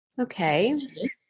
okay